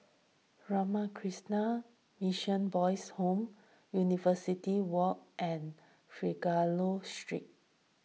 Ramakrishna Mission Boys' Home University Walk and Figaro Street